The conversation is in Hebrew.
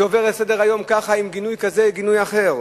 זה עובר לסדר-היום ככה, עם גינוי כזה או אחר.